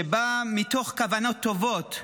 שבאה מתוך כוונות טובות,